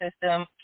system